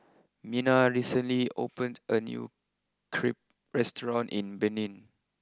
Minna recently opened a new Crepe restaurant in Benin